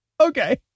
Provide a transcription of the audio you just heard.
Okay